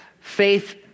faith